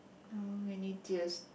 many tiers